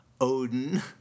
Odin